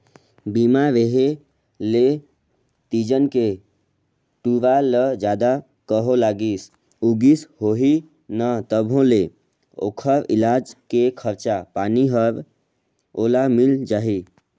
बीमा रेहे ले तीजन के टूरा ल जादा कहों लागिस उगिस होही न तभों ले ओखर इलाज के खरचा पानी हर ओला मिल जाही